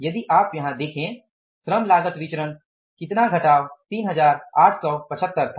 यदि आप यहाँ देखे श्रम लागत विचरण कितना घटाव 3875 था